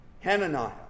Hananiah